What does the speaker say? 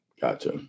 Gotcha